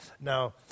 Now